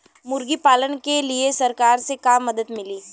मुर्गी पालन के लीए सरकार से का मदद मिली?